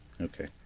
Okay